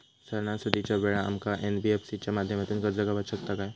सणासुदीच्या वेळा आमका एन.बी.एफ.सी च्या माध्यमातून कर्ज गावात शकता काय?